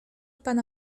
pana